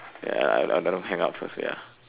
ya ya ya I better hang up first ya